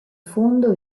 fondo